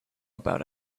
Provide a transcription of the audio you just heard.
about